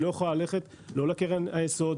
היא לא יכולה ללכת לא לקרן היסוד,